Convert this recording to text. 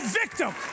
victim